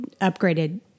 upgraded